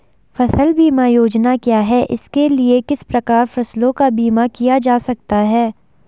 फ़सल बीमा योजना क्या है इसके लिए किस प्रकार फसलों का बीमा किया जाता है?